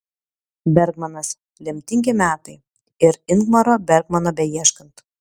bergmanas lemtingi metai ir ingmaro bergmano beieškant